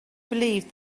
believed